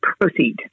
proceed